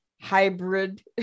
hybrid